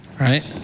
Right